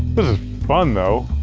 this is fun though.